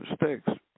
mistakes